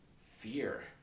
fear